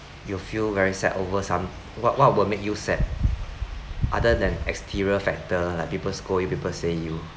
you feel very sad over some what what will make you sad other than exterior factor like people scold you people say you